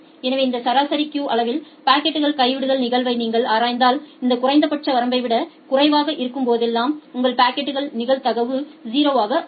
எனவே இந்த சராசரி கியூ அளவின் பாக்கெட்கள் கைவிடுதல் நிகழ்தகவை நீங்கள் ஆராய்ந்தால் இந்த குறைந்தபட்ச வரம்பை விட குறைவாக இருக்கும்போதெல்லாம் உங்கள் பாக்கெட்கள் நிகழ்தகவு 0 ஆகும்